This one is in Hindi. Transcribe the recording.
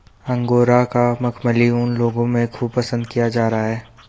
अंगोरा का मखमली ऊन लोगों में खूब पसंद किया जा रहा है